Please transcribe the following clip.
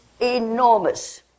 enormous